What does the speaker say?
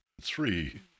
Three